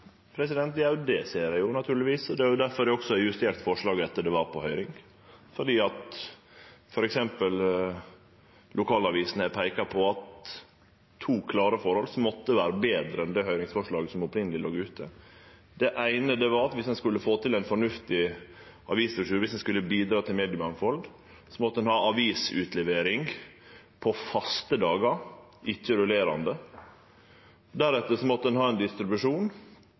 det ser eg, naturlegvis. Det er òg difor eg har justert forslaget etter at det var på høyring. For eksempel har lokalavisene peika på to klare forhold som måtte vere betre enn i det høyringsforslaget som opphavleg låg ute. Det eine var at viss ein skulle få til ei fornuftig avisdistribusjon, viss ein skulle bidra til mediemangfald, måtte ein ha avisutlevering på faste dagar, ikkje på rullerande. Deretter måtte ein ha ein